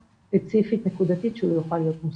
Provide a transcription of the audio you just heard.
ספציפית נקודתית שהוא יוכל להיות מוסמך.